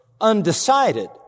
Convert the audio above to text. undecided